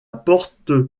porte